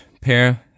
pair